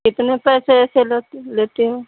कितने पैसे वैसे लेते हैं